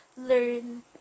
Learn